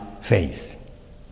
faith